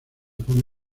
forma